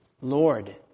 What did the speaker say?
Lord